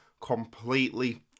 completely